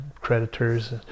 creditors